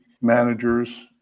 managers